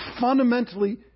fundamentally